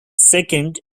second